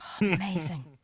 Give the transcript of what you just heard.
amazing